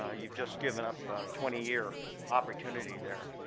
ah you've just given up a twenty year opportunity there.